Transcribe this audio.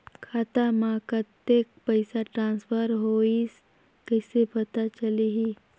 खाता म कतेक पइसा ट्रांसफर होईस कइसे पता चलही?